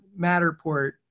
Matterport